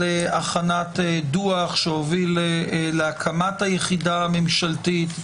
הכנת דוח שהוביל להקמת היחידה הממשלתית.